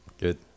Good